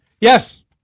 Yes